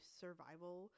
survival